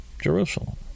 Jerusalem